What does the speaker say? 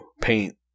paint